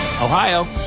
Ohio